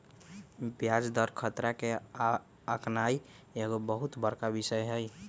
ब्याज दर खतरा के आकनाइ एगो बहुत बड़का विषय हइ